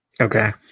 Okay